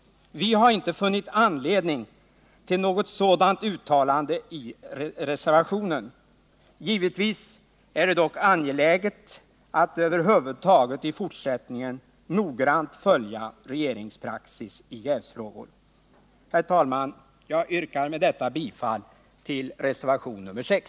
Vi har inte funnit anledning till något sådant uttalande i reservationen. Givetvis är det dock angeläget att i fortsättningen noggrant följa regeringspraxis i jävsfrågor över huvud taget. Herr talman! Jag yrkar med detta bifall till reservationen 6.